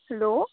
hello